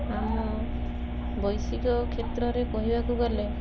ଆମ ବୈଷିକ କ୍ଷେତ୍ରରେ କହିବାକୁ ଗଲେ